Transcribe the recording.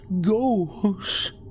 goes